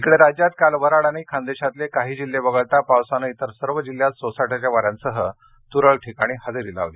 इकडे राज्यात काल वऱ्हाड आणि खान्देशातले काही जिल्हे वगळता पावसानं इतर सर्व जिल्ह्यात सोसाट्याच्या वाऱ्यासह तुरळक ठिकाणी हजेरी लावली